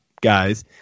guys